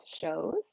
shows